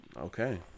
Okay